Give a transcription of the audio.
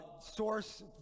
source